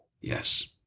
Yes